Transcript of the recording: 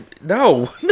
No